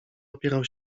opierał